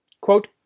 Quote